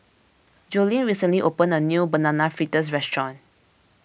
Jolene recently opened a new Banana Fritters restaurant